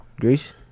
Greece